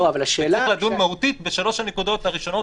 וצריך לדון מהותית בשלוש הנקודות הראשונות,